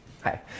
hi